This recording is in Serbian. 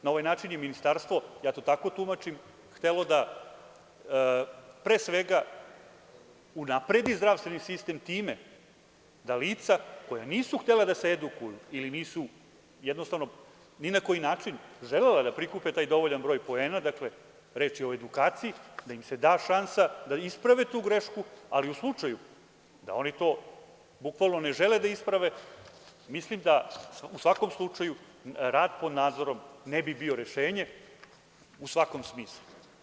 Na ovaj način je ministarstvo, a ja to tako tumačim, htelo da pre svega unapredi zdravstveni sistem time da lica koja nisu htela da se edukuju ili nisu ni na koji način želela da prikupe taj dovoljan broj poena, dakle, reč je o edukaciji, da im se da šansa da isprave tu grešku, ali u slučaju da oni to ne žele da isprave, mislim, da u svakom slučaju rad pod nadzorom ne bi bio rešenje u svakom smislu.